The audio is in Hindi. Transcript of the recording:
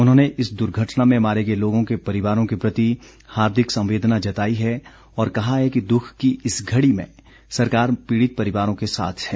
उन्होंने इस दुर्घटना में मारे गए लोगों के परिवारों के प्रति हार्दिक संवेदना जताई है और कहा है कि दुख की इस घड़ी में सरकार पीड़ित परिवारों के साथ है